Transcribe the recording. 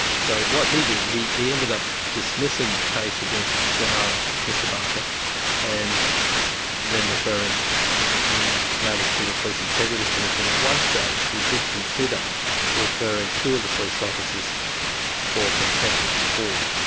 so what he did, he ended up dismissing the case against yeah mr barker and then referring the matters to the police integrity commission. at one stage he did consider referring two of the police officers for contempt of court,